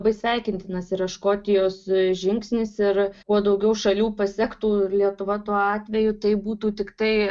labai sveikintinas ir škotijos žingsnis ir kuo daugiau šalių pasektų lietuva tuo atveju tai būtų tiktai